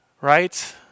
Right